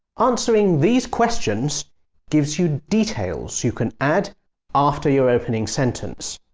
answering these questions gives you details you can add after your opening sentence.